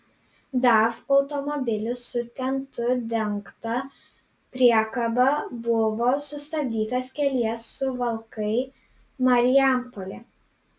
daf automobilis su tentu dengta priekaba buvo sustabdytas kelyje suvalkai marijampolė